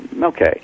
Okay